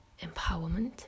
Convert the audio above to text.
empowerment